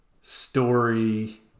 Story